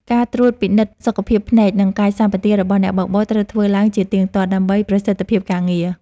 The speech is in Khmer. ការត្រួតពិនិត្យសុខភាពភ្នែក និងកាយសម្បទារបស់អ្នកបើកបរត្រូវធ្វើឡើងជាទៀងទាត់ ដើម្បីប្រសិទ្ធភាពការងារ។